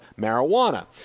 marijuana